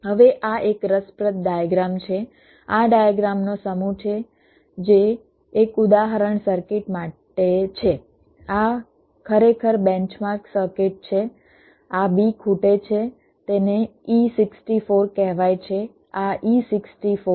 હવે આ એક રસપ્રદ ડાયગ્રામ છે આ ડાયગ્રામનો સમૂહ છે જે એક ઉદાહરણ સર્કિટ માટે છે આ ખરેખર બેન્ચ માર્ક સર્કિટ છે આ b ખૂટે છે તેને e64 કહેવાય છે